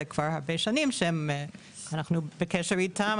זה כבר הרבה שנים שאנחנו בקשר איתם.